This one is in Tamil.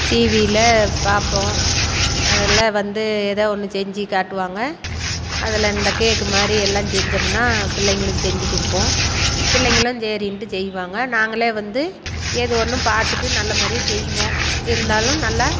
டிவியில் பார்ப்போம் அதில் வந்து எதா ஒன்று செஞ்சு காட்டுவாங்க அதில் இந்த கேக்கு மாதிரியெல்லாம் செஞ்சோம்னால் பிள்ளைங்களுக்கு செஞ்சு கொடுப்போம் பிள்ளைங்களும் சரின்ட்டு செய்வாங்க நாங்களே வந்து ஏது ஒன்றும் பார்த்துட்டு நல்ல மாதிரியே செய்வோம் இருந்தாலும் நல்லா